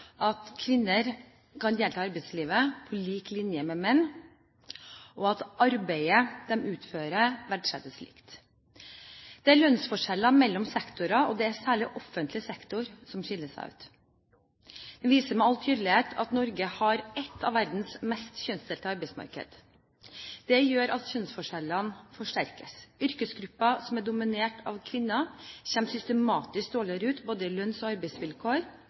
at kvinner kan delta i arbeidslivet på lik linje med menn, og at arbeidet de utfører, verdsettes likt. Det er lønnsforskjeller mellom sektorer, og det er særlig offentlig sektor som skiller seg ut. Det viser med all tydelighet at Norge har et av verdens mest kjønnsdelte arbeidsmarked. Det gjør at kjønnsforskjellene forsterkes. Yrkesgrupper som er dominert av kvinner, kommer systematisk dårligere ut både i lønns- og arbeidsvilkår